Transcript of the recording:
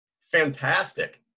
fantastic